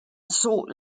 sought